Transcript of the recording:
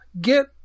get